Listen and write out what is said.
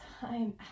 time